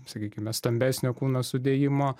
sakykime stambesnio kūno sudėjimo